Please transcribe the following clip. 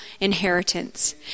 inheritance